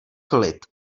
klid